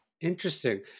Interesting